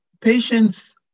patients